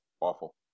awful